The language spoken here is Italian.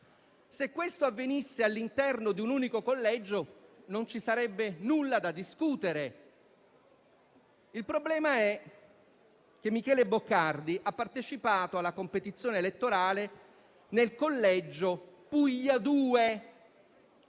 Se questo avvenisse all'interno di un unico collegio, non ci sarebbe nulla da discutere, il problema è che Michele Boccardi ha partecipato alla competizione elettorale nel collegio Puglia 02.